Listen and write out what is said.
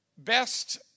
Best